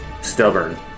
stubborn